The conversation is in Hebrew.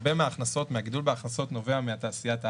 הרבה מהגידול בהכנסות נובע מתעשיית ההייטק,